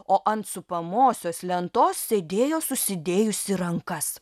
o ant supamosios lentos sėdėjo susidėjusi rankas